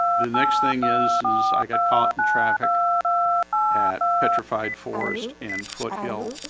the next thing is is i got caught in traffic at petrified forest in foothill